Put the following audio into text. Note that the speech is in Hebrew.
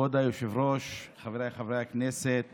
בעיקר כשיש כל כך הרבה משימות לשר